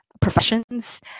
professions